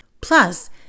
Plus